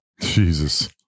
Jesus